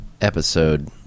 episode